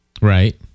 Right